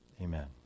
Amen